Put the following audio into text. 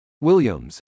Williams